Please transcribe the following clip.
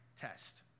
test